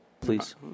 Please